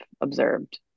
observed